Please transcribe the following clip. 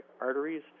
arteries